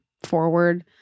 Forward